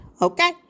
okay